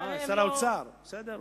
האוצר נמצא פה.